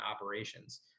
operations